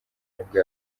nibwo